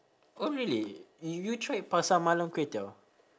oh really you you tried pasar malam kway teow